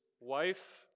wife